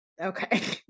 Okay